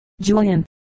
Julian